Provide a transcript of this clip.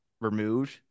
removed